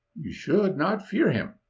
you should not fear him.